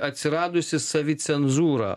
atsiradusi savicenzūra